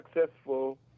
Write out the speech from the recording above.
successful